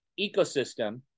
ecosystem